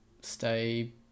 stay